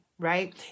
right